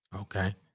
Okay